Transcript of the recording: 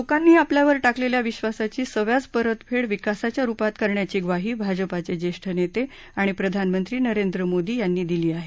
लोकांनी आपल्यावर टाकलेल्या विश्वासाची सव्याज परतफेड विकासाच्या रुपात करण्याची ग्वाही भाजपाचे ज्येष्ठ नेते आणि प्रधानमंत्री नरेंद्र मोदी यांनी दिली आहे